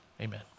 Amen